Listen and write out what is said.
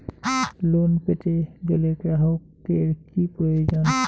Loan পেতে গেলে গ্রাহকের কি প্রয়োজন?